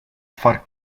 far